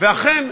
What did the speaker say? ואכן,